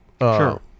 Sure